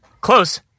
Close